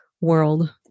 world